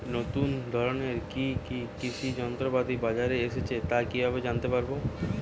নতুন ধরনের কি কি কৃষি যন্ত্রপাতি বাজারে এসেছে তা কিভাবে জানতেপারব?